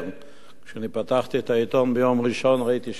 כאשר פתחתי את העיתון ביום ראשון ראיתי שתי הפגנות,